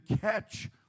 catch